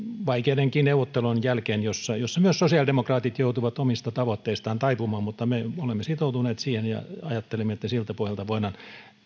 vaikeidenkin neuvottelujen jälkeen jossa myös sosiaalidemokraatit joutuivat omista tavoitteistaan taipumaan mutta me olemme sitoutuneet siihen ja ajattelemme että siltä pohjalta voidaan